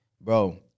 bro